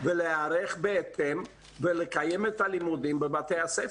ולהיערך בהתאם ולקיים את הלימודים בבתי הספר.